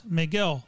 Miguel